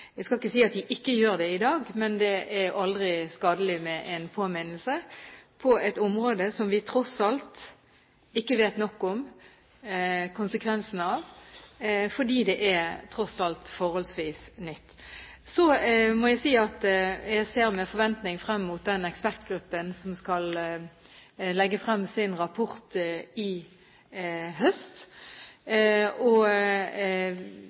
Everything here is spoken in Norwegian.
ikke gjør det i dag, men det er aldri skadelig med en påminnelse på et område som vi tross alt ikke vet nok om. Vi kjenner ikke konsekvensene, fordi det tross alt er forholdsvis nytt. Så må jeg si at jeg ser med forventning frem mot den ekspertgruppen som skal legge frem sin rapport til høsten. Det kan jo hende at den kommer frem til, og